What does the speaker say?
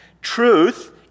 truth